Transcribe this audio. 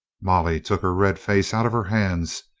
molly took her red face out of her hands.